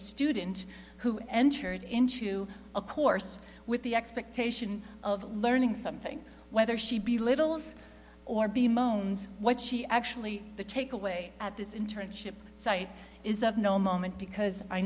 student who entered into a course with the expectation of learning something whether she be little's or b moans what she actually the take away at this in turn ship sight is of no moment because i